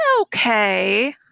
okay